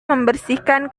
membersihkan